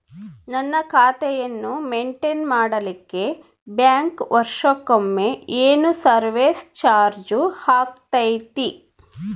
ನನ್ನ ಖಾತೆಯನ್ನು ಮೆಂಟೇನ್ ಮಾಡಿಲಿಕ್ಕೆ ಬ್ಯಾಂಕ್ ವರ್ಷಕೊಮ್ಮೆ ಏನು ಸರ್ವೇಸ್ ಚಾರ್ಜು ಹಾಕತೈತಿ?